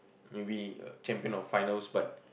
maybe uh champion or finals but